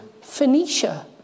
Phoenicia